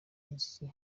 muziki